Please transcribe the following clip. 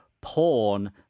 porn